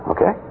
Okay